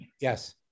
Yes